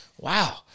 Wow